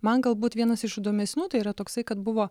man galbūt vienas iš įdomesnių tai yra toksai kad buvo